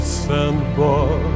sandbar